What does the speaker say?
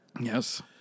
Yes